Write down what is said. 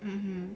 hmm